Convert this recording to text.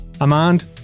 Amand